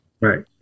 Right